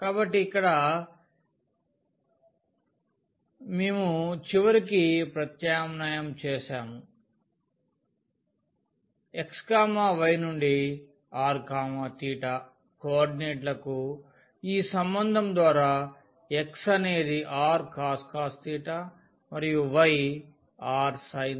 కాబట్టి ఇక్కడ కూడా మేము చివరికి ప్రతిక్షేపించడం చేసాము x y నుండి r θ కోఆర్డినేట్లకుఈ సంబంధం ద్వారా x అనేది rcos మరియు y rsin